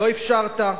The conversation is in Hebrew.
לא אפשרת.